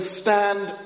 stand